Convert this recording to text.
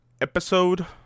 episode